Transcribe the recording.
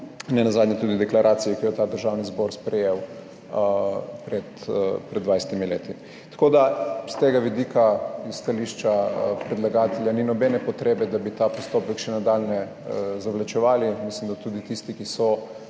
nenazadnje tudi v deklaraciji, ki jo je Državni zbor sprejel pred 20 leti. S tega vidika s stališča predlagatelja ni nobene potrebe, da bi ta postopek še nadalje zavlačevali. Mislim, da tudi tisti, ki so